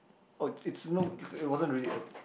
oh it's no because it wasn't really a